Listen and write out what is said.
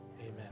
amen